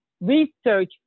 research